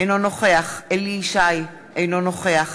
אינו נוכח אליהו ישי, אינו נוכח